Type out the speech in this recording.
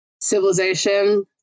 civilization